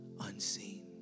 unseen